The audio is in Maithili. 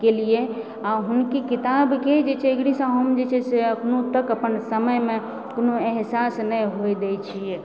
कयलियै आओर हुनके किताबके जे छै से ओकरेसँ हम जे छै से एखनो तक अपन समयमे कोनो एहसास नहि हुअए दै छियै